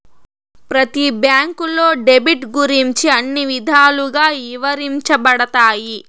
ప్రతి బ్యాంకులో డెబిట్ గురించి అన్ని విధాలుగా ఇవరించబడతాయి